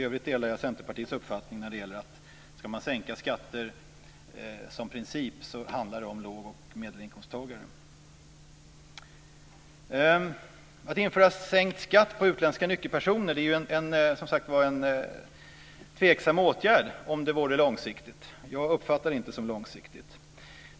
I övrigt delar jag Centerpartiets uppfattning att skattesänkningar som görs ska principiellt inriktas på låg och medelinkomsttagare. Att införa sänkt skatt på utländska nyckelpersoner är, som sagt, långsiktigt en tveksam åtgärd. Jag uppfattar det inte som långsiktigt.